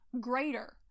greater